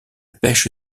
pêche